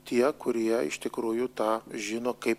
tie kurie iš tikrųjų tą žino kaip